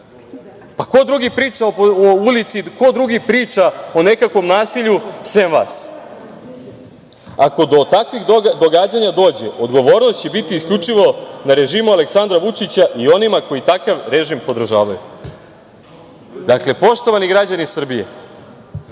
Ko drugi priča o ulici, ko drugi priča o nekakvom nasilju, sem vas? Ako do takvih događanja dođe, odgovornost će biti isključivo na režimo Aleksandra Vučića i onima koji takav režim podržavaju. Dakle, poštovani građani Srbije,